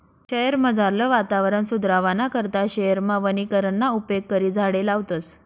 शयेरमझारलं वातावरण सुदरावाना करता शयेरमा वनीकरणना उपेग करी झाडें लावतस